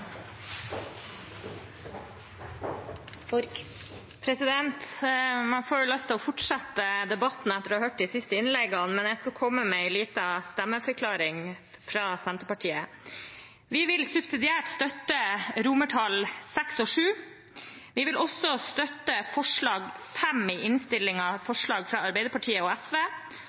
innleggene, men jeg skal komme med en liten stemmeforklaring fra Senterpartiet. Vi vil subsidiært støtte VI og VII. Vi vil også støtte forslag nr. 5 i innstillingen, et forslag fra Arbeiderpartiet, SV og